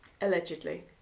Allegedly